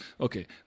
Okay